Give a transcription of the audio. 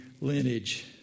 lineage